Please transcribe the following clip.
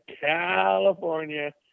California